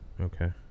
Okay